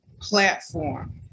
platform